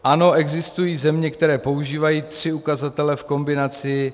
Ano, existují země, které používají tři ukazatele v kombinaci.